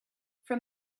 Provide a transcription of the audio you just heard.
from